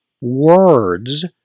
words